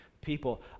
People